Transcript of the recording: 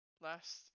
last